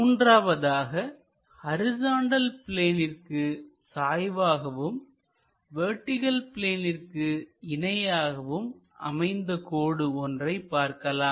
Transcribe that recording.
மூன்றாவதாக ஹரிசாண்டல் பிளேனிற்கு சாய்வாகவும் வெர்டிகள் பிளேனிற்கு இணையாகவும் அமைந்த கோடு ஒன்றை பார்க்கலாம்